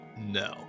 No